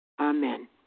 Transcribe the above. Amen